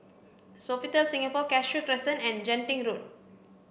Sofitel Singapore Cashew Crescent and Genting Road